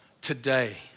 today